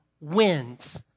wins